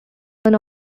seven